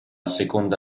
seconda